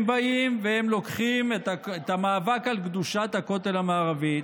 הם באים והם לוקחים את המאבק על קדושת הכותל המערבי,